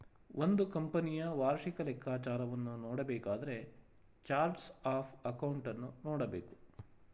ಒಂದು ಕಂಪನಿಯ ವಾರ್ಷಿಕ ಲೆಕ್ಕಾಚಾರವನ್ನು ನೋಡಬೇಕಾದರೆ ಚಾರ್ಟ್ಸ್ ಆಫ್ ಅಕೌಂಟನ್ನು ನೋಡಬೇಕು